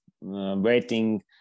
waiting